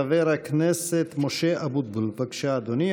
חבר הכנסת משה אבוטבול, בבקשה, אדוני.